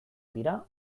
dira